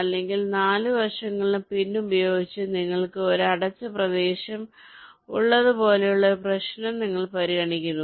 അല്ലെങ്കിൽ 4 വശങ്ങളിലും പിൻ ഉപയോഗിച്ച് നിങ്ങൾക്ക് ഒരു അടച്ച പ്രദേശം ഉള്ളത് പോലെയുള്ള ഒരു പ്രശ്നം നിങ്ങൾ പരിഗണിക്കുന്നു